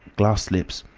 glass slips,